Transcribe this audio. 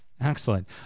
Excellent